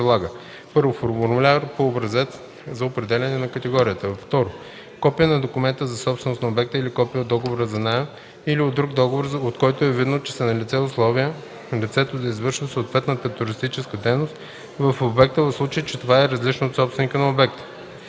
1. формуляр по образец за определяне на категорията; 2. копие на документа за собственост на обекта или копие от договора за наем или от друг договор, от който е видно, че са налице условия лицето да извършва съответната туристическа дейност в обекта – в случай, че това лице е различно от собственика на обекта;